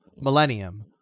Millennium